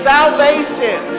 Salvation